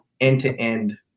end-to-end